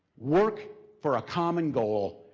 work for a common goal,